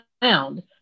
found